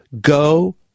go